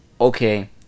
okay